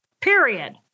period